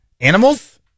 animals